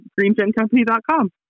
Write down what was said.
greengencompany.com